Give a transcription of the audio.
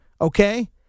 okay